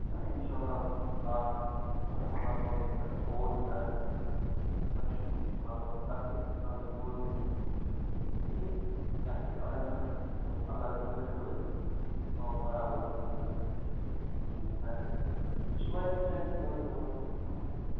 نَہ اِنشاء اللہ صاف آسہِ اِنشاء اللہ أسۍ واتناوَو گہ اوٗرۍ گرٕ تۄہہِ چھُنہٕ مطلب تکلیٖف تہِ کَرُن یور یِنُک کِہیٖنۍ اَسہِ چھِ اَمہِ خٲطرٕ تھٲومٕژ الگ گٲڑۍ وٲڑۍ سُہ تھاوان برابر دُکانَن پٮ۪ٹھ سارنی أسۍ چھِ واریاہن جایَن گاندَربَلَس منٛز